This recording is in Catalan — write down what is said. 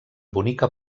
bonica